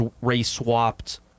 race-swapped